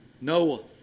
Noah